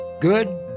Good